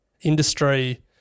industry